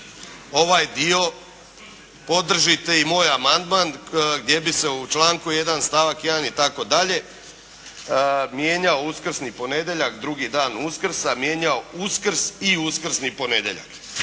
ovaj dio podržite i moj amandman gdje bi se u članku 1. stavak 1. itd. mijenjao uskrsni ponedjeljak, drugi dan Uskrsa mijenjao Uskrs i uskrsni ponedjeljak.